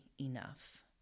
enough